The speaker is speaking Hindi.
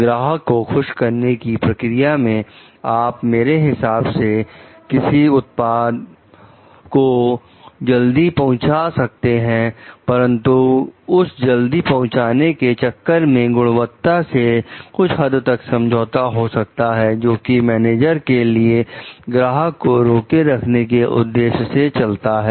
ग्राहक को खुश करने की प्रक्रिया में आप मेरे हिसाब से किसी उत्पाद को जल्दी पहुंचा सकते हैं परंतु उस जल्दी पहुंचाने के चक्कर में गुणवत्ता से कुछ हद तक समझौता हो सकता है जोकि मैनेजर के लिए ग्राहक को रोके रखने के उद्देश्य से चलता है